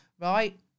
right